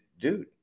dude